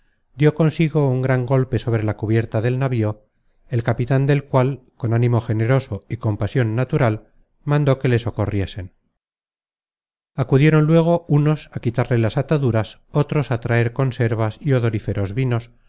dió consigo un gran golpe sobre la cubierta del navío el capitan del cual con ánimo generoso y compasion natural mandó que le socorriesen acudieron luego unos á quitarle las ataduras otros á traer